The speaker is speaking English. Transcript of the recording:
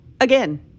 Again